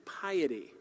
piety